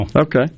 Okay